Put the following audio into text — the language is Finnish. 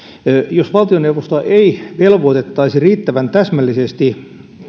jos valtioneuvostoa ei velvoitettaisi riittävän täsmällisesti